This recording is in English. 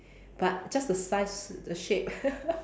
but just the size the shape